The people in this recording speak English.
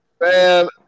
Man